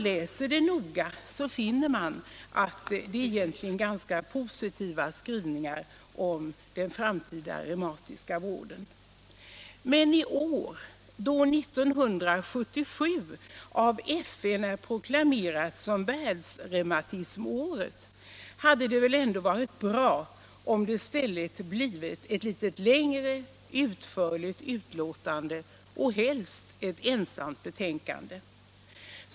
Läser man noga finner man att det är en ganska positiv skrivning om den framtida reumatologiska vården. Men i år, 1977, som av FN proklamerats som världsreumatismåret hade det väl ändå varit bra, om det blivit ett mera utförligt och helst ett eget betänkande.